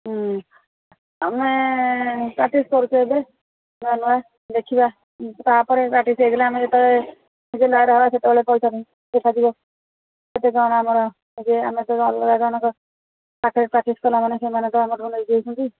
ହୁଁ ଆମେ ପ୍ରାକ୍ଟିସ୍ କରୁଛୁ ଏବେ ନୂଆ ନୂଆ ଦେଖିବା ତାପରେ ପ୍ରାକ୍ଟିସ୍ ହେଇଗଲେ ଆମେ ଯେତେବେଳେ ନିଜେ ଲୟର୍ ହେବା ସେତେବେଳେ ପଇସା ପାଇଁ ପଇସା ଦିଅ କେତେ କଣ ଆମର ଆଗେ ଆମେ ତ ଅଲଗା ଜଣଙ୍କ ପାଖରେ ପ୍ରାକ୍ଟିସ୍ କଲାମାନେ ସେମାନେ ତ ଆମଠୁ ନେଇଯାଉଛନ୍ତି